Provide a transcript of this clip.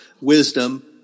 wisdom